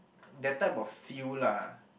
that type of feel lah